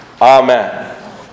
Amen